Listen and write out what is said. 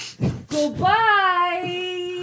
Goodbye